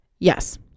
yes